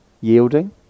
Yielding